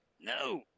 No